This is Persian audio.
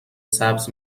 سبز